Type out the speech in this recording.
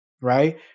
right